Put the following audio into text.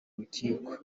rukiko